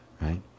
right